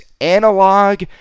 analog